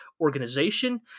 organization